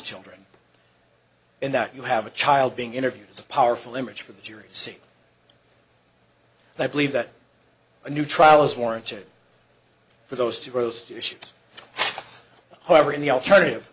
children and that you have a child being interviewed is a powerful image for the jury see i believe that a new trial is warranted for those two rows however in the alternative